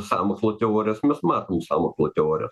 sąmokslo teorijos mes matom sąmokslo teorijas